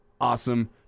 Awesome